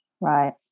right